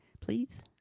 Please